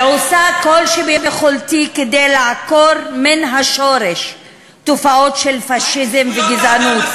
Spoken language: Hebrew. ועושה כל שביכולתי כדי לעקור מן השורש תופעות של פאשיזם וגזענות.